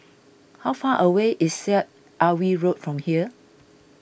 how far away is Syed Alwi Road from here